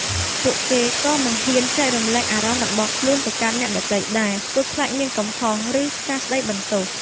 ពួកគេក៏មិនហ៊ាន ចែករំលែកអារម្មណ៍របស់ខ្លួនទៅកាន់អ្នកដទៃដែរ ព្រោះខ្លាចមានកំហុស ឬការស្ដីបន្ទោស។